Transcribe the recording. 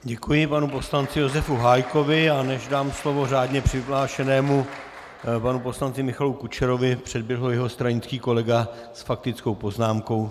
Děkuji panu poslanci Josefu Hájkovi, a než dám slovo řádně přihlášenému panu poslanci Michalu Kučerovi, předběhl ho jeho stranický kolega s faktickou poznámkou.